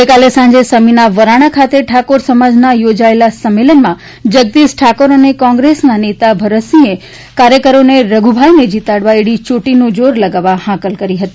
ગઈકાલે સાંજે સમીના વરાણા પાસે ઠાકોર સમાજના યોજાયેલા સંમેલનમાં જગદીશ ઠાકોર અને કોંગ્રેસ નેતા ભરતસિંફ કાર્યકરોને રધુભાઈને જીતાડવા એડી ચોટીનું જોર લગાવવા ફાંકલ કરી હતી